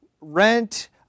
rent